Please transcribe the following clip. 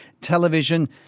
television